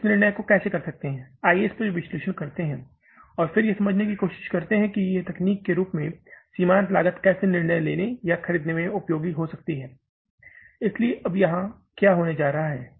हम इस निर्णय को कैसे कर सकते हैं आइए इस विश्लेषण को करते हैं और फिर यह समझने की कोशिश करते हैं कि तकनीक के रूप में सीमांत लागत कैसे निर्णय लेने या खरीदने में उपयोगी हो सकती है इसलिए यहां अब क्या होने जा रहा है